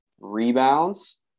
rebounds